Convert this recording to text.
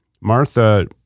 Martha